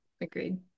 Agreed